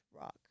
rock